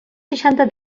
seixanta